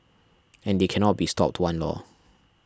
and they cannot be stopped one lor